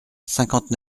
cinquante